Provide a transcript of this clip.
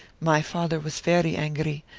my father was very angry,